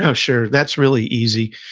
ah sure, that's really easy,